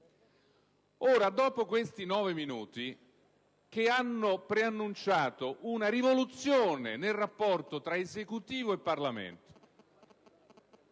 Dopo questi nove minuti, che hanno preannunciato una rivoluzione nel rapporto tra Esecutivo e Parlamento